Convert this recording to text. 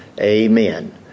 Amen